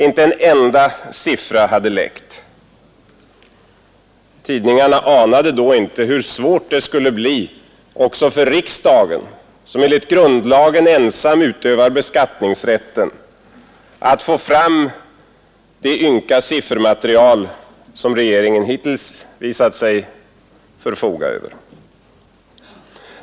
Inte en enda siffra hade läckt ut. Tidningarna anade då inte hur svårt det skulle bli också för riksdagen, som enligt grundlagen ensam utövar beskattningsrätten, att få fram det ynka siffermaterial som regeringen hittills visat sig förfoga över.